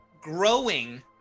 growing